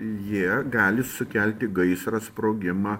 jie gali sukelti gaisrą sprogimą